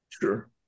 Sure